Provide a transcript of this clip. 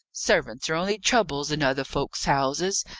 servants are only troubles in other folk's houses,